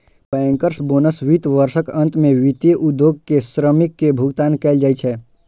bankers bonus वित्त वर्षक अंत मे वित्तीय उद्योग के श्रमिक कें भुगतान कैल जाइ छै